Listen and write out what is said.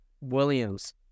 Williams